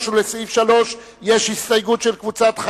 מי נגד?